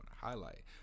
highlight